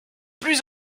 plus